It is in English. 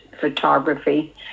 photography